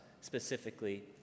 specifically